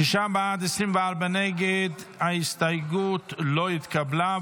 שישה בעד, 24 נגד, ההסתייגות לא התקבלה.